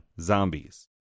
zombies